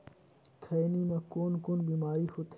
खैनी म कौन कौन बीमारी होथे?